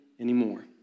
Anymore